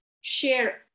share